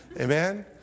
Amen